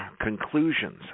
Conclusions